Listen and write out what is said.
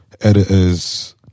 editors